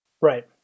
Right